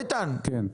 איתן, איתן,